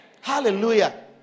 hallelujah